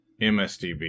msdb